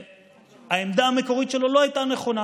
שהעמדה המקורית שלו לא הייתה נכונה,